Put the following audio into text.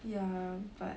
ya but